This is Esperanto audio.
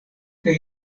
kaj